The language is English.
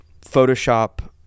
photoshop